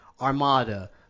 Armada